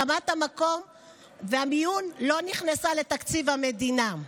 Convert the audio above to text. הקמת המיון לא נכנסה לתקציב המדינה,